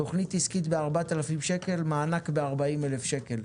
תכנית עסקית ב-4,000 שקל, ומענק ב-40,000 שקל.